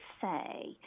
say